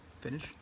Finish